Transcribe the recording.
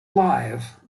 live